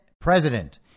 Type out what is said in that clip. president